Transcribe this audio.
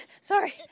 Sorry